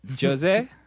Jose